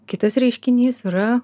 kitas reiškinys yra